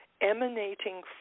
emanating